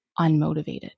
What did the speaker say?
unmotivated